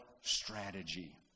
strategy